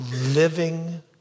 living